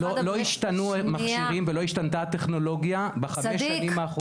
לא השתנו מכשירים ולא השתנתה הטכנולוגיה בחמש השנים האחרונות.